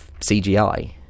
CGI